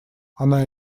она